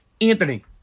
Anthony